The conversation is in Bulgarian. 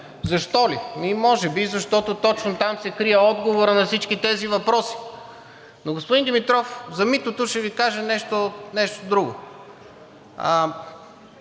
Защо ли? Може би, защото точно там се крие отговорът на всички тези въпроси. Но господин Димитров, ще Ви кажа за митото нещо друго.